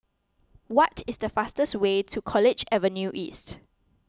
what is the fastest way to College Avenue East